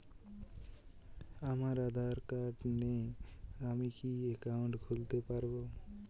আমার আধার কার্ড নেই আমি কি একাউন্ট খুলতে পারব?